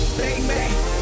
baby